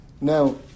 Now